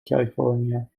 california